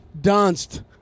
danced